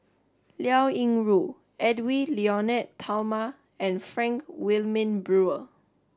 Liao Yingru Edwy Lyonet Talma and Frank Wilmin Brewer